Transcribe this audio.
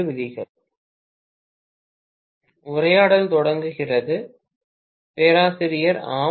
பேராசிரியர் மாணவர் உரையாடல் தொடங்குகிறது பேராசிரியர் ஆம்